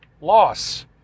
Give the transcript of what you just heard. loss